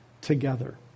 together